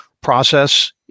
process